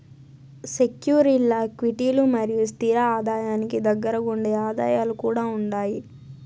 సెక్యూరీల్ల క్విటీలు మరియు స్తిర ఆదాయానికి దగ్గరగుండే ఆదాయాలు కూడా ఉండాయి